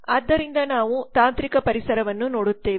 ಆದ್ದರಿಂದ ನಾವು ತಾಂತ್ರಿಕ ಪರಿಸರವನ್ನು ನೋಡುತ್ತೇವೆ